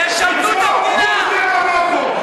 תשרתו את המדינה, תשרתו את המדינה.